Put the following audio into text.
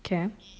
okay